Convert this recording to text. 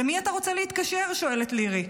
"למי אתה רוצה להתקשר?" שואלת לירי,